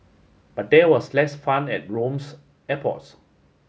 but there was less fun at Rome's airports